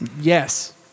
Yes